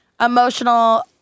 emotional